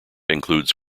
includes